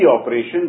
operation